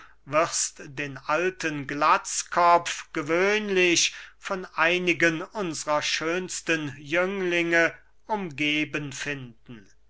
wirst den alten glatzkopf gewöhnlich von einigen unsrer schönsten jünglinge umgeben finden